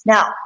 Now